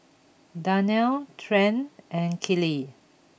Darnell Trent and Kellie